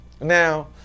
Now